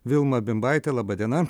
vilma bimbaitė laba diena